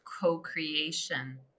co-creation